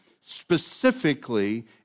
specifically